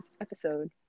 episode